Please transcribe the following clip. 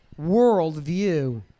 worldview